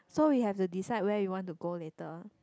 so we have to decide where you want to go later